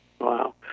Wow